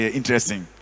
Interesting